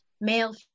male